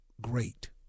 great